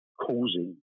causing